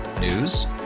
News